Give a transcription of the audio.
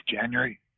January